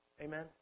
Amen